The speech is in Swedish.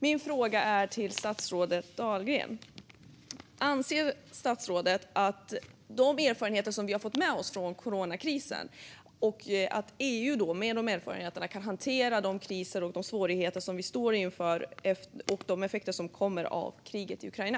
Min fråga går till statsrådet Dahlgren: Anser statsrådet att EU med de erfarenheter som vi har fått med oss från coronakrisen kan hantera de kriser och svårigheter som vi står inför och de effekter som kommer av kriget i Ukraina?